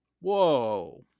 Whoa